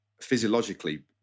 physiologically